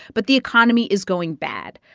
but the economy is going bad.